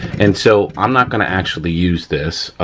and so, i'm not gonna actually use this.